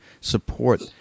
support